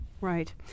Right